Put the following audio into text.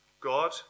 God